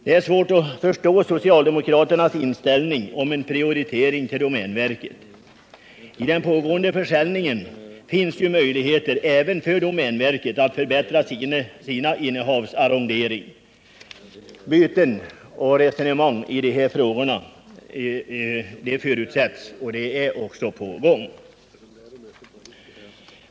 Det är svårt att förstå socialdemokraternas inställning om en prioritering till förmån för domänverket. Under den pågående försäljningen finns möjligheter även för domänverket att förbättra sina innehavs arrondering. Byten och resonemang i de här frågorna förutsätts ske och är också på gång.